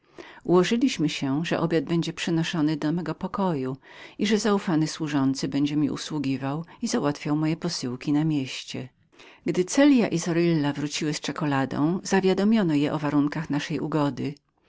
ułożyliśmy się że będą mi przynosić obiad do mego pokoju i że zaufany służący będzie mi usługiwał i załatwiał moje posyłki w mieście gdy celja i zorilla wróciły z czekuladą zawiadomiono je o warunkach naszej ugody